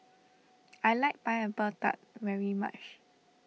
I like Pineapple Tart very much